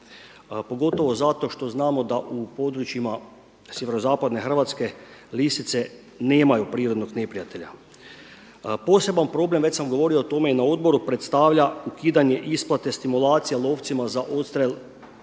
pogotovo što znamo da u područjima sjeverozapadne Hrvatske lisice nemaju prirodnog neprijatelja. Poseban problem, već sam govorio o tome na odboru predstavlja ukidanje isplate stimulacije lovcima za odstrjel